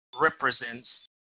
represents